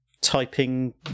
Typing